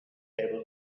able